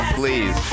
please